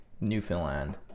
newfoundland